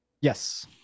Yes